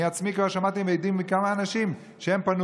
אני עצמי כבר שמעתי כמה אנשים שמעידים שהם פנו